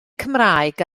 cymraeg